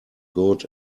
good